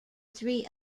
three